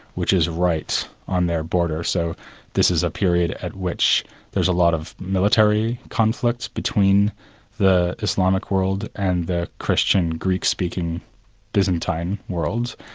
which is right on their border, so this is a period at which there's a lot of military conflict between the islamic world and the christian greek-speaking byzantine world.